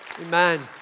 amen